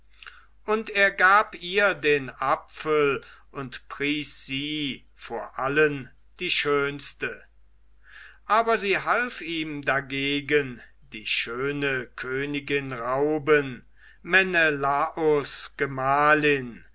und er gab ihr den apfel und pries sie von allen die schönste aber sie half ihm dagegen die schöne königin rauben menelaus gemahlin